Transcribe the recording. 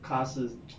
car 是